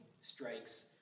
strikes